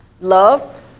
loved